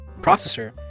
processor